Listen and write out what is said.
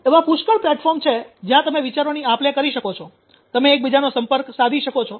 એવા પુષ્કળ પ્લેટફોર્મ છે જ્યાં તમે વિચારોની આપ લે કરી શકો છો તમે એકબીજાનો સંપર્ક સાધી શકો છો